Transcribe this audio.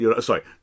sorry